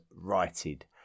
righted